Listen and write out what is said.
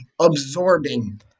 absorbing